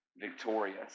victorious